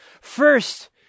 First